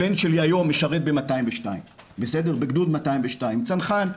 הבן שלי היום משרת בגדוד 202 צנחן,